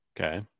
Okay